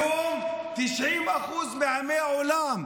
היום 90% מעמי העולם,